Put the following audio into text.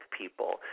people